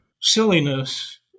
silliness